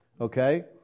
Okay